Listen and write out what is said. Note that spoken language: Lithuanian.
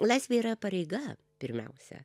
laisvė yra pareiga pirmiausia